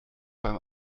beim